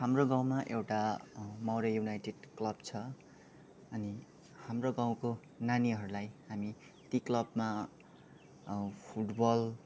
हाम्रो गउँमा एउटा मौरे युनाइटेट क्लब छ अनि हाम्रो गाउँको नानीहरूलाई हामी ती क्लबमा फुटबल